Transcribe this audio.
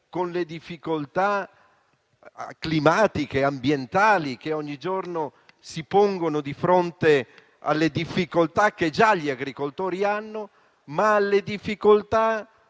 con le difficoltà climatiche e ambientali che ogni giorno si pongono di fronte alle difficoltà che già gli agricoltori hanno, ma con le difficoltà